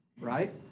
right